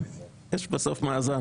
והצעת חוק העונשין (תיקון עונש מוות למחבלים),